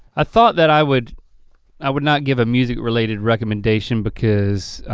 i thought that i would i would not give a music-related recommendation because i,